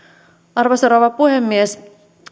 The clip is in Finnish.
arvoisa rouva puhemies